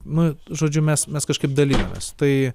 nu žodžiu mes mes kažkaip dalijamės tai